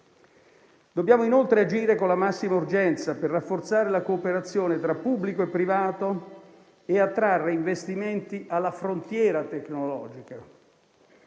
Dobbiamo inoltre agire con la massima urgenza per rafforzare la cooperazione tra pubblico e privato e attrarre investimenti alla frontiera tecnologica.